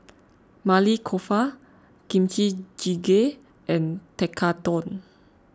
Maili Kofta Kimchi Jjigae and Tekkadon